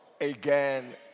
again